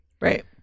Right